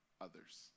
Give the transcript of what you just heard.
others